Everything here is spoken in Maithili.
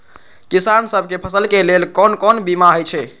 किसान सब के फसल के लेल कोन कोन बीमा हे छे?